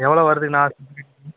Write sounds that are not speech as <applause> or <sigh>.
எவ்வளோ வருதுங்கண்ணா <unintelligible>